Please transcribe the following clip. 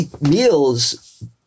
meals